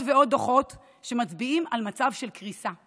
ועוד דוחות שמצביעים על מצב של קריסה.